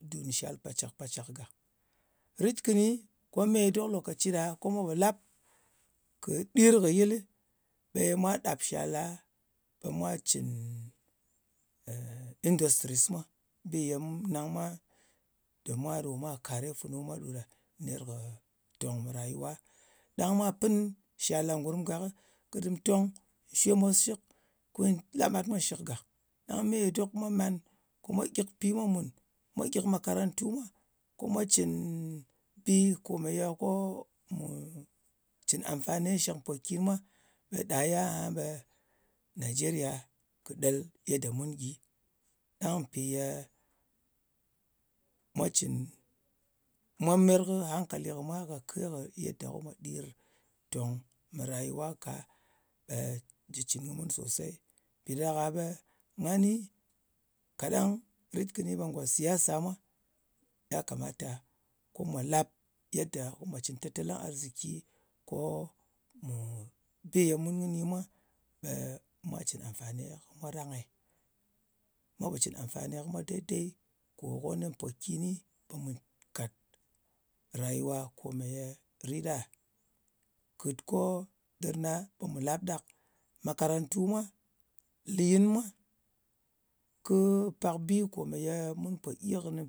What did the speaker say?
Dun shal pàcàk-pàcàk gak. Rit kɨni, ko me dok lokaci ɗa ko mwa po lap kɨ ɗir kɨ yɨlɨ, ɓe ye mwa ɗap shala, ɓe mwa cɨn industries mwa. Bi ye mu nang mwa tè mwa kàre funu mwa ɗo ɗa ne kɨ tòng mɨ ràyuwa. Ɗang mwa pɨn shal ɗa ngurm gakɨ, kɨ dɨm tong ko nyɨ shwe mos shɨk, ko nyɨ la mat mwa shɨk gak. Ɗang me ye dok mwa man, ko mwa gyik pi mwa mùn. Mwa gyik makarantu mwa, ko mwa cɨn bi ye ko mu cɨn anfani shɨk mpòkin mwa, ɓe ye aha ɓe nijeriya kɨ ɗel yadda mun gyi. Ɗang mpì ye mwa cɨn, mwa meyer kɨ hankali kɨ mwa kake kɨ yadda ko mwa ɗir tòng mɨ rayuwa ka ɓe jɨ cɨn kɨ mun sosey. Mpi ɗa ɗak-a ɓe ngani, kaɗang rit kɨni ɓe ngò siyasa mwa, ya kamata ko mwa lap yedda ko mwa cɨn tatali arziki, ko mù bi ye mu kɨni mwa ɓe mwa cɨn amfani kɨ mwa rang-e. Mwa po cɨn anfani kɨ mwa deidei ko ne ko mpòkinɨ ɓe mù kàt rayuwa ko ye rit ɗa. Kɨt ko dɨr na ɓe mù làp ɗak, makarantu mwa, lɨyin mwa, kɨ pak bi ye mu po gyi kɨnɨ,